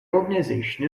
organization